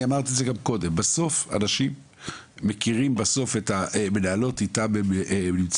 אני אמרתי את זה גם קודם בסוף אנשים נמצאים עם המנהלות באינטראקציה.